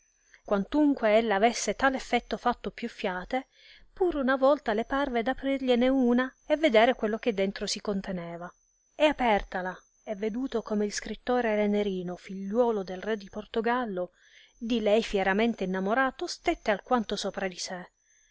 quantunque ella avesse tal effetto fatto più fiate pur una volta le parve d aprigliene una e vedere quello che dentro si conteneva e apertala e veduto come il scrittore era nerino figliuolo del re di portogallo di lei fieramente innamorato stette alquanto sopra di sé